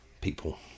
People